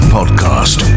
podcast